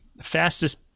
Fastest